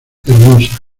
hermosa